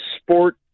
sport